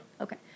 Okay